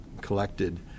collected